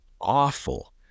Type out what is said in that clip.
awful